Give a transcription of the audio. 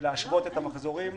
- להשוות את המחזורים